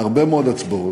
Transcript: בהרבה מאוד הצבעות.